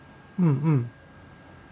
mm mm